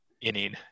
inning